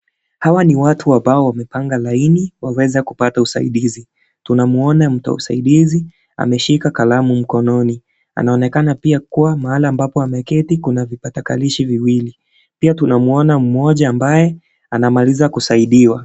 Hawa ni watu ambao wamepanga laini waweze kupata usaidizi, tunamuona mtu wa usaidizi ameshika kalamu mkononi, anaonekana pia kua mahali ambapo ameketi kuna vipatakalishi viwili, pia tunamuona mmoja ambaye anamaliza kusaidiwa.